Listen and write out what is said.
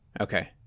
Okay